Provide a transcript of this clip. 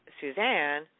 suzanne